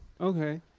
Okay